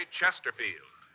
Chesterfield